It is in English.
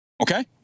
Okay